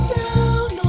down